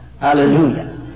Hallelujah